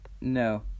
No